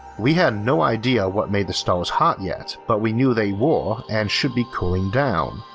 we had no idea what made the stars hot yet, but we knew they were and should be cooling down,